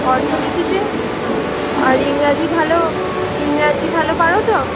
অর্থনীতিতে আর ইংরাজি ভালো ইংরাজি ভালো পারো তো